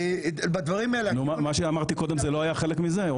מה שאמרתי קודם לא היה חלק מזה?